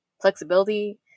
flexibility